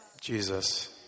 Jesus